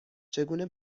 چگونه